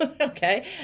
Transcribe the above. okay